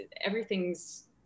everything's